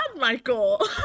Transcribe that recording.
michael